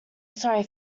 sorry